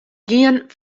gjin